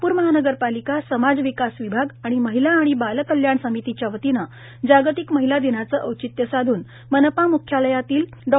नागपूर महानगरपालिका समाज विकास विभाग आणि महिला आणि बालकल्याण समितीच्या वतीने जागतिक महिला दिनाचे औचित्य साधून मनपा मुख्यालयातील डॉ